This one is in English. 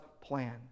plan